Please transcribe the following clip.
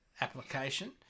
application